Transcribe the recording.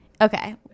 Okay